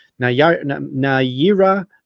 Nayira